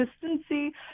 consistency